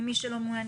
ממי שלא מעונין